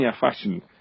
fashion